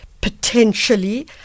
potentially